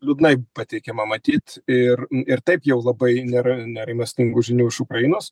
liūdnai pateikiama matyt ir ir taip jau labai nėra nerimastingų žinių iš ukrainos